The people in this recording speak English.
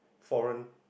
foreign